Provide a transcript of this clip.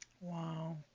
Wow